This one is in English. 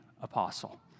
apostle